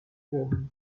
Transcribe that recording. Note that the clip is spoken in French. jeune